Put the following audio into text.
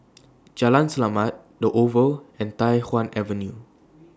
Jalan Selamat The Oval and Tai Hwan Avenue